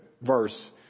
verse